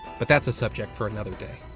but that's a subject for another day.